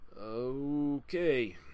Okay